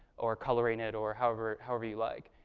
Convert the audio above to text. or coloring it or however however you like.